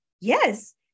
yes